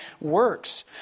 works